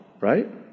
right